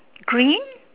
green